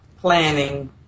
planning